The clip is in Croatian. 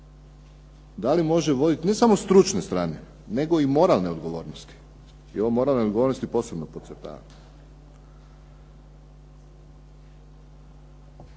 da li može voditi ne samo stručne strane, nego i moralne odgovornosti i ovo moralne odgovornosti posebno podcrtavam.